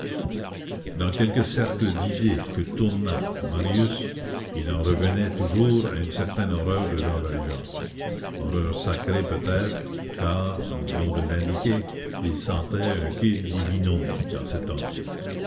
dans quelque cercle d'idées que tournât marius il en revenait toujours à une certaine horreur de jean valjean horreur sacrée peut-être car nous venons de l'indiquer il sentait un quid divinum dans cet homme